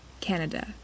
Canada